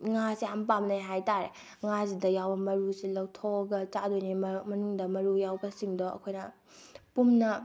ꯉꯥꯁꯦ ꯌꯥꯝ ꯄꯥꯝꯅꯩ ꯍꯥꯏꯇꯥꯔꯦ ꯉꯥꯁꯤꯗ ꯌꯥꯎꯕ ꯃꯔꯨꯁꯦ ꯂꯧꯊꯣꯛꯑꯒ ꯆꯥꯗꯣꯏꯅꯦ ꯃꯅꯨꯡꯗ ꯃꯔꯨ ꯌꯥꯎꯕꯁꯤꯡꯗꯣ ꯑꯩꯈꯣꯏꯅ ꯄꯨꯟꯅ